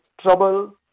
trouble